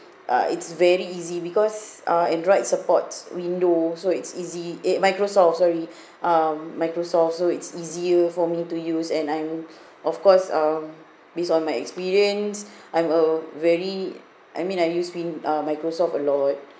uh it's very easy because uh android supports window so it's easy eh microsoft sorry um microsoft so it's easier for me to use and I'm of course uh based on my experience I'm a very I mean I used win~ uh microsoft a lot